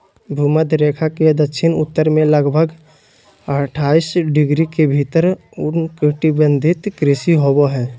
भूमध्य रेखा के दक्षिण उत्तर में लगभग अट्ठाईस डिग्री के भीतर उष्णकटिबंधीय कृषि होबो हइ